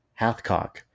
Hathcock